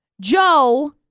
Joe